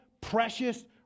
precious